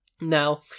now